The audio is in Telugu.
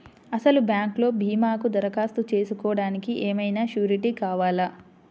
అసలు బ్యాంక్లో భీమాకు దరఖాస్తు చేసుకోవడానికి ఏమయినా సూరీటీ కావాలా?